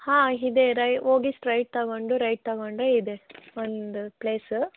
ಹಾಂ ಇದೆ ರೈ ಹೋಗಿ ಸ್ಟ್ರೇಟ್ ತೊಗೊಂಡು ರೈಟ್ ತೊಗೊಂಡ್ರೆ ಇದೆ ಒಂದು ಪ್ಲೇಸ್